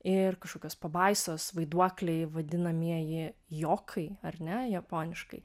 ir kažkokios pabaisos vaiduokliai vadinamieji jokai ar ne japoniškai